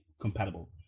compatible